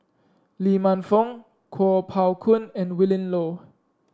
Lee Man Fong Kuo Pao Kun and Willin Low